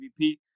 MVP